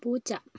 പൂച്ച